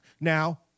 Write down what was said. Now